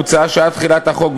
מוצע שעד תחילת החוק,